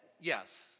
yes